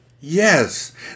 Yes